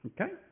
Okay